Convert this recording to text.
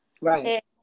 Right